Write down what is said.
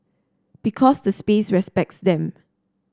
because the space respects them